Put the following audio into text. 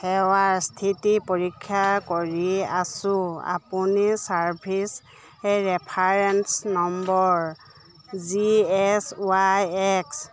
সেৱাৰ স্থিতি পৰীক্ষা কৰি আছোঁ আপুনি service reference number G S Y x